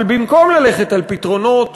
אבל במקום ללכת על פתרונות